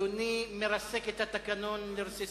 אדוני מרסק את התקנון לרסיסים.